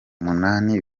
umunani